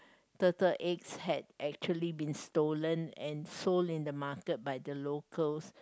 turtle eggs had actually been stolen and sold in the market by the locals